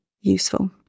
useful